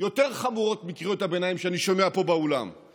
יותר חמורות מקריאות הביניים שאני שומע פה באולם,